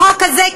החוק הזה,